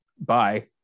bye